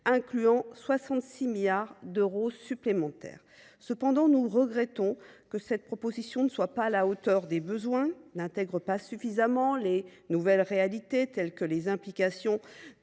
incluant 66 milliards d’euros supplémentaires. Cependant, nous regrettons que cette proposition ne soit pas à la hauteur des besoins, n’intégrant pas suffisamment les nouvelles réalités telles que les implications